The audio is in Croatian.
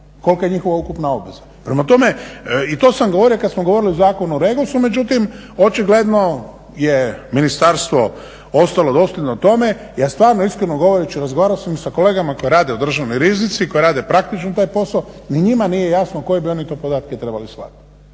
kolika je njihova ukupna obveza. Prema tome i to sam govorio kad smo govorili o Zakonu o REGOS-u. Međutim, očigledno je ministarstvo ostalo dosljedno tome. Ja stvarno iskreno govoreći, razgovarao sam i sa kolegama koji rade u Državnoj riznici, koji rade praktično taj posao, ni njima nije jasno koje bi oni to podatke trebali slati.